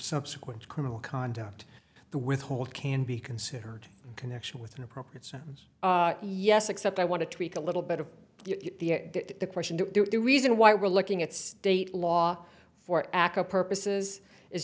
subsequent criminal conduct the withhold can be considered connection with an appropriate so yes except i want to tweak a little bit of the question the reason why we're looking at state law for aca purposes is